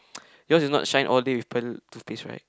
yours is not shine all day with present toothpaste right